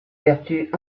vertus